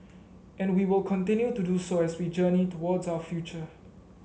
and we will continue to do so as we journey towards our future